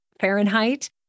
Fahrenheit